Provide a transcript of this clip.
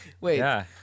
Wait